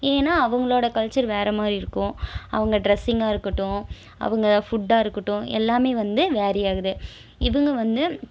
ஏன்னா அவங்களோட கல்ச்சர் வேற மாதிரி இருக்கும் அவங்க டிரெஸ்ஸிங்காருக்கட்டும் அவங்க ஃபுட்டாருக்கட்டும் எல்லாமே வந்து வேர்ரி ஆகுது இவங்க வந்து